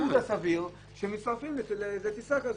חלק זה האחוז הסביר שמצטרפים לטיסה כזו.